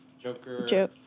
Joker